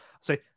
say